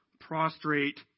prostrate